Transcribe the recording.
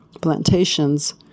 plantations